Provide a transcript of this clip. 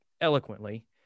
eloquently